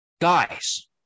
guys